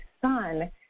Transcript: son